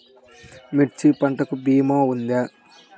మిర్చి పంటకి భీమా ఉందా?